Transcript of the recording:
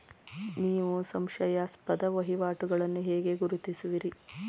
ನೀವು ಸಂಶಯಾಸ್ಪದ ವಹಿವಾಟುಗಳನ್ನು ಹೇಗೆ ಗುರುತಿಸುವಿರಿ?